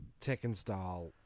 Tekken-style